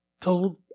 told